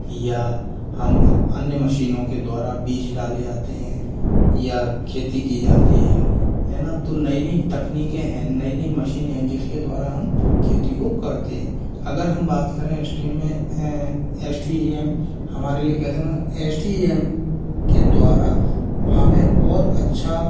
या हम अब अन्य मशीनों के द्वारा बीज डाले जाते हैं या खेती की जाती है है न तो नई नई तकनीकें है नई नई मशीने है जिसके द्वारा हम खेती को करते हैं अगर हम बात करें एस टी ई एम हमारे लिए कहतें है न एस टी ई एम के द्वारा हमें और अच्छा